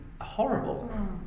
horrible